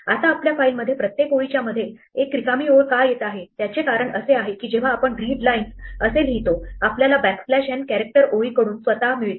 आता आपल्या फाईल मध्ये प्रत्येक ओळींच्या मध्ये रिकाम्या ओळी का येत आहे त्याचे कारण असे आहे की जेव्हा आपण readlines असे लिहितो आपल्याला बॅकस्लॅश n कॅरेक्टर ओळी कडून स्वतः मिळते